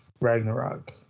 ragnarok